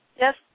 Yes